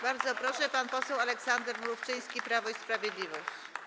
Bardzo proszę, pan poseł Aleksander Mrówczyński, Prawo i Sprawiedliwość.